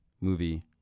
movie